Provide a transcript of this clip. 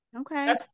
okay